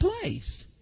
place